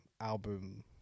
album